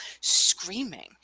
screaming